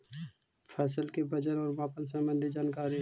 फसल के वजन और मापन संबंधी जनकारी?